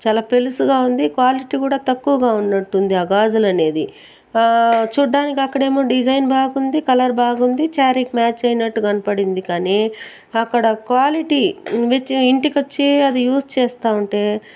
చాలా పెలుసుగా ఉంది క్వాలిటీ కూడా తక్కువగా ఉన్నట్టుంది ఆ గాజులనేది చూడ్డానికి అక్కడేమో డిజైన్ బాగుంది కలర్ బాగుంది శ్యారీ కి మ్యాచ్ అయినట్టు కనపడింది కానీ అక్కడ క్వాలిటీ ఇంటికి వచ్చి అది యూస్ చేస్తా ఉంటే